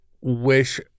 wish